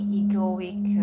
egoic